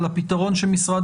לפתרון שמשרד